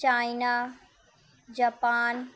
China Japan